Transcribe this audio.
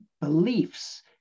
beliefs